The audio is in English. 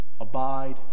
abide